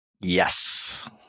Yes